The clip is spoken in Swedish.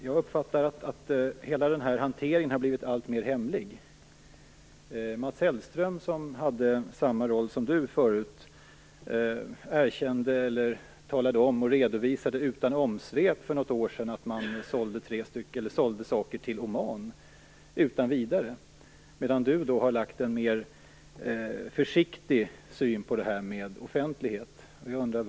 Jag uppfattar att hela den här hanteringen har blivit alltmer hemlig. Mats Hellström, som förut hade samma roll som Leif Pagrotsky nu har, redovisade för något år sedan utan omsvep att man sålde saker till Oman. Leif Pagrotsky däremot har anlagt en mera försiktig syn på det här med offentlighet. Varför?